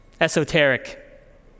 esoteric